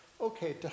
okay